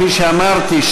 כפי שאמרתי,